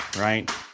right